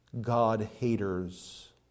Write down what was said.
God-haters